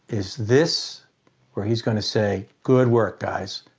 is this where he's going to say good work guys?